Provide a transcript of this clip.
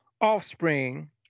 offspring